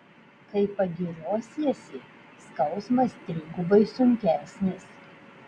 kai pagiriosiesi skausmas trigubai sunkesnis